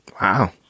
Wow